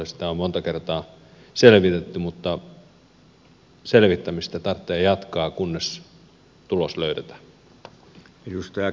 sitä on monta kertaa selvitetty mutta selvittämistä tarvitsee jatkaa kunnes tulos löydetään